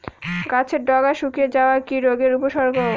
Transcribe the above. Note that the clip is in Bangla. গাছের ডগা শুকিয়ে যাওয়া কি রোগের উপসর্গ?